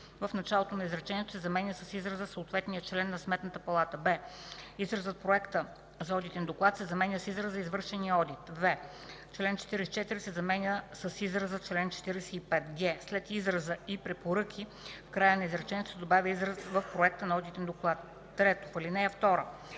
в началото на изречението се заменя с изразът „Съответният член на Сметната палата”. б) изразът „проекта за одитен доклад” се заменя с израза „извършения одит”; в) чл. 44 се заменя с израза чл. 45”; г) след израза „и препоръки” в края на изречението се добавя изразът „в проекта на одитен доклад”. 3. В ал. 2: